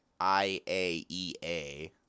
IAEA